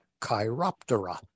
chiroptera